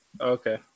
Okay